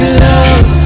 love